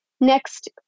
Next